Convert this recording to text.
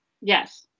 yes